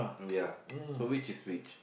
yeah so which is which